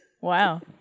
Wow